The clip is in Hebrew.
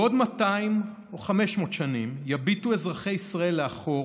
בעוד 200 או 500 שנים יביטו אזרחי ישראל לאחור,